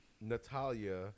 Natalia